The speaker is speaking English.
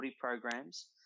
programs